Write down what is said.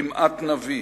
כמעט נביא.